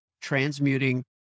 transmuting